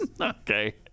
Okay